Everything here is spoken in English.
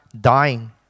dying